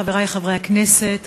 חברי חברי הכנסת,